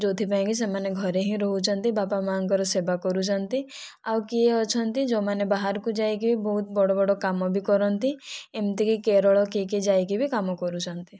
ଯେଉଁଥିପାଇଁ ସେମାନେ ଘରେ ହିଁ ରହୁଛନ୍ତି ବାପା ମାଁ ଙ୍କର ସେବା କରୁଛନ୍ତି ଆଉ କିଏ ଅଛନ୍ତି ଯେଉଁମାନେ ବାହାରକୁ ଯାଇକି ବହୁତ ବଡ଼ ବଡ଼ କାମ ବି କରନ୍ତି ଏମିତିକି କେରଳ କିଏ କିଏ ଯାଇକି ବି କାମ କରୁଛନ୍ତି